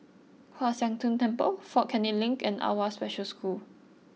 Kwan Siang Tng Temple Fort Canning Link and Awwa Special School